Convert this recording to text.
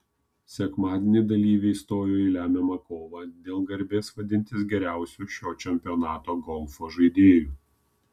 sekmadienį dalyviai stojo į lemiamą kovą dėl garbės vadintis geriausiu šio čempionato golfo žaidėju